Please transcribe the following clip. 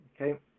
Okay